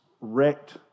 wrecked